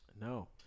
No